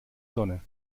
sonne